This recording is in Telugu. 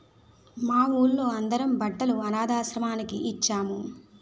మా వూళ్ళో అందరం బట్టలు అనథాశ్రమానికి ఇచ్చేం